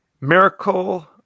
miracle